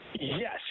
Yes